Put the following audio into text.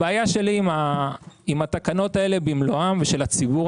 הבעיה שלי עם התקנות האלה במלואן ושל הציבור,